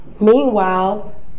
Meanwhile